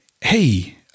Hey